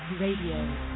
Radio